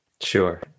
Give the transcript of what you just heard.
sure